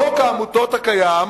בחוק העמותות הקיים